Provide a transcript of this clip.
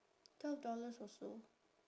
twelve dollars also